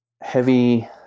heavy